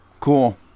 cool